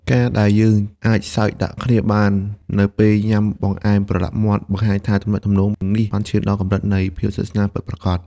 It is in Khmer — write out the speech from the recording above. ការដែលយើងអាចសើចដាក់គ្នាបាននៅពេលដែលញ៉ាំបង្អែមប្រឡាក់មាត់ បង្ហាញថាទំនាក់ទំនងនេះបានឈានដល់កម្រិតនៃភាពស្និទ្ធស្នាលពិតប្រាកដ។